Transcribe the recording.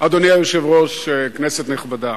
אדוני היושב-ראש, כנסת נכבדה,